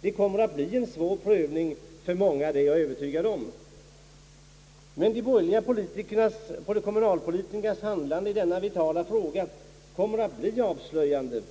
Det kommer att bli en svår prövning för många, det är jag övertygad om. Men de borgerliga kommunalpolitikernas handlande i denna vitala fråga kommer att bli avslöjande.